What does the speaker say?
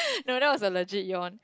no that was a legit yawn